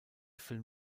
film